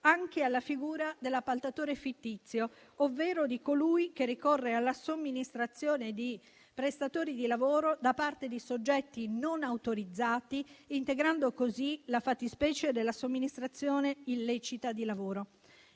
anche alla figura dell'appaltatore fittizio, ovvero di colui che ricorre alla somministrazione di prestatori di lavoro da parte di soggetti non autorizzati, integrando così la fattispecie della somministrazione illecita di lavoro.